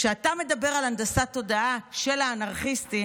כשאתה מדבר על הנדסת תודעה של האנרכיסטים,